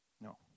No